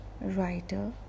writer